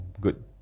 good